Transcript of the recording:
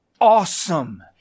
awesome